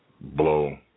blow